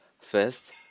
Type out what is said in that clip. First